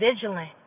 vigilant